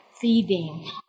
feeding